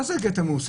מה זה הגט המעושה?